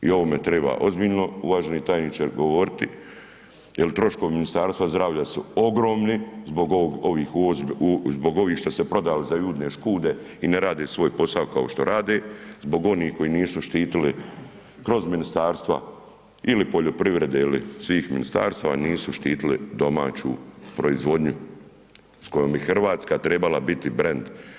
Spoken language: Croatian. I ovome treba ozbiljno uvaženi tajniče govoriti jer troškovi Ministarstva zdravlja su ogromni zbog ovih što su se prodali za Judine škude i ne rade svoj posao kao što rade, zbog onih koji nisu štitili kroz ministarstva ili poljoprivrede ili svih ministarstava nisu štitili domaću proizvodnju s kojom bi Hrvatska trebala biti brend.